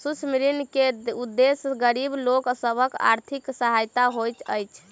सूक्ष्म ऋण के उदेश्य गरीब लोक सभक आर्थिक सहायता होइत अछि